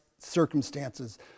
circumstances